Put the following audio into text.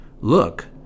Look